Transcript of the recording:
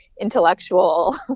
Intellectual